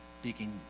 speaking